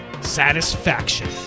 Satisfaction